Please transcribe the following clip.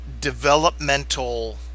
developmental